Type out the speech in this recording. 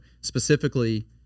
specifically